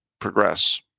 progress